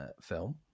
film